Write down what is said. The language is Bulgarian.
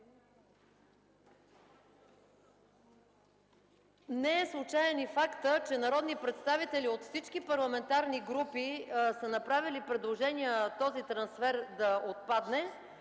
Не е случаен и фактът, че народни представители от всички парламентарни групи са направили предложения този трансфер да отпадне.